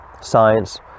science